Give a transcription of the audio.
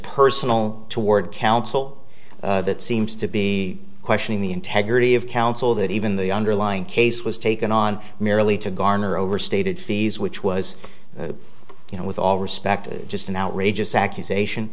personal toward counsel that seems to be questioning the integrity of counsel that even the underlying case was taken on merely to garner overstated fees which was you know with all respect just an outrageous accusation